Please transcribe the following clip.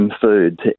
food